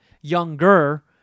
younger